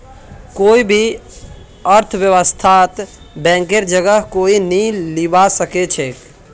कोई भी अर्थव्यवस्थात बैंकेर जगह कोई नी लीबा सके छेक